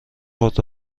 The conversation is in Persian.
خود